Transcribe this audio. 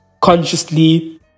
consciously